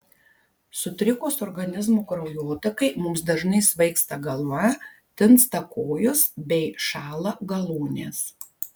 sutrikus organizmo kraujotakai mums dažnai svaigsta galva tinsta kojos bei šąla galūnės